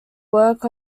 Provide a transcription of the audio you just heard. work